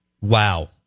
wow